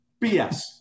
bs